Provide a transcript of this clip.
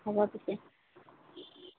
হ'ব তাকে